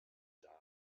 die